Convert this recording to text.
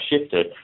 shifted